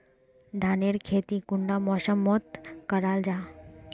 धानेर खेती कुंडा मौसम मोत करा जा?